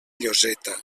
lloseta